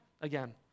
again